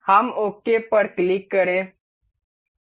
हम ओके पर क्लिक करें